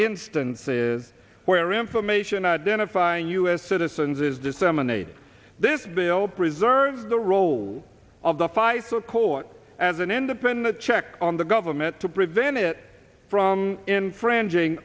instances where information identifying u s citizens is disseminated this bill preserves the role of the pfizer court as an independent check on the government to prevent it from infringing